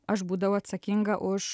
aš būdavau atsakinga už